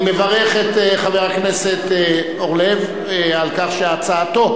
אני מברך את חבר הכנסת אורלב על הצעתו